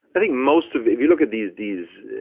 i think most of you look at these these,